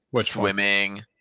swimming